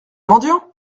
mendiant